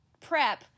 prep